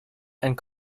and